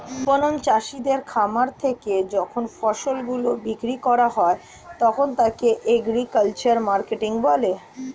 বিপণন চাষীদের খামার থেকে যখন ফসল গুলো বিক্রি করা হয় তখন তাকে এগ্রিকালচারাল মার্কেটিং বলে